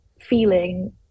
feeling